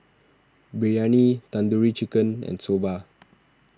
Biryani Tandoori Chicken and Soba